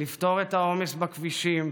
לפתור את העומס בכבישים,